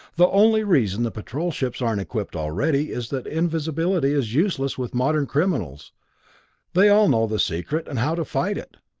the only reason the patrol ships aren't equipped already is that invisibility is useless with modern criminals they all know the secret and how to fight it.